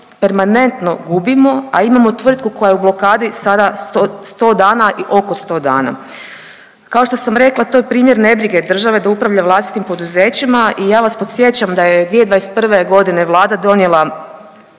permanentno gubimo, a imamo tvrtku koja je u blokadi sada 100 dana i oko 100 dana. Kao što sam rekla to je primjer nebrige države da upravlja vlastitim poduzećima i ja vas podsjećam da je 2021. godine Vlada donijela